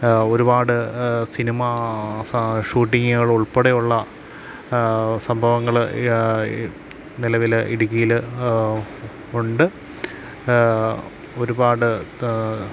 ഒരുപാട് സിനിമാ ഷൂട്ടിങ്ങ്കളുൾപ്പെടെയുള്ള സംഭവങ്ങൾ നിലവിൽ ഇടുക്കിയിൽ ഉണ്ട് ഒരുപാട്